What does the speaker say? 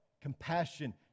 Compassion